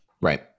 Right